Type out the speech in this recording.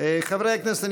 חברי הכנסת,